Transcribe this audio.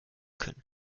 können